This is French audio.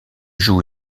joue